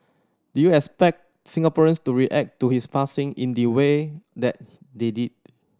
did you expect Singaporeans to react to his passing in the way that they did